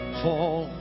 fall